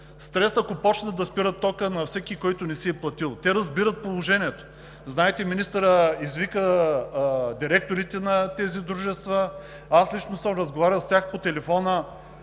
стрес, ако започнат да спират тока на всеки, който не си е платил. Те разбират положението. Знаете, че министърът извика директорите на тези дружества, аз лично съм разговарял с тях по телефона,